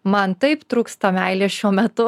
man taip trūksta meilės šiuo metu